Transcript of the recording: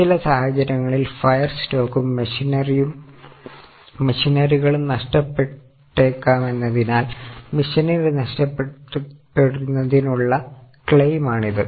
ചില സാഹചര്യങ്ങളിൽ ഫയർ സ്റ്റോക്കും ആണിത്